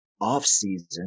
off-season